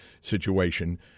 situation